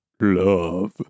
love